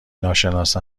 ناشناس